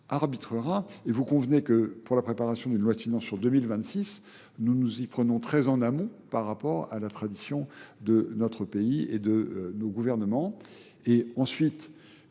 arbitrera, et vous convenez que, pour la préparation d'une loyale finance sur 2026, nous nous y prenons très en amont par rapport à la tradition de notre pays et de nos gouvernements, et ensuite,